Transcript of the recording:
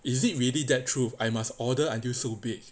is it really that truth I must order until so big